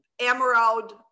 emerald